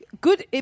Good